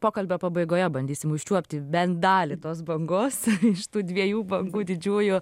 pokalbio pabaigoje bandysim užčiuopti bent dalį tos bangos iš tų dviejų bangų didžiųjų